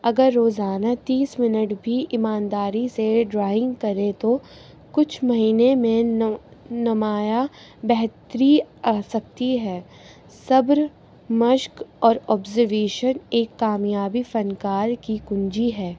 اگر روزانہ تیس منٹ بھی ایمانداری سے ڈرائنگ کریں تو کچھ مہینے میں نمایاں بہتری آ سکتی ہے صبر مشق اور آبزرویشن ایک کامیابی فنکار کی کنجی ہے